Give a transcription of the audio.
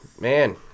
man